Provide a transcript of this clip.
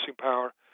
power